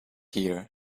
here